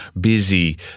busy